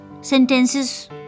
sentences